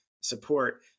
support